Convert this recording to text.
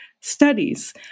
studies